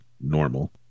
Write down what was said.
normal